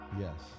Yes